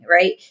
right